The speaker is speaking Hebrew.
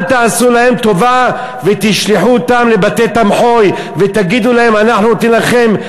אל תעשו להם טובה ותשלחו אותם לבתי-תמחוי ותגידו להם: אנחנו נותנים לכם,